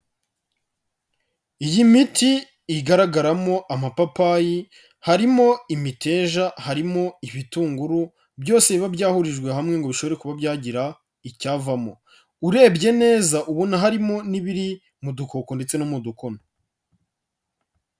Iyi miti igaragaramo amapapayi, harimo imiteja, harimo ibitunguru, byose biba byahurijwe hamwe ngo bishobore kuba byagira icyavamo. Urebye neza ubona harimo n'ibiri mu dukoko ndetse no mu dukono.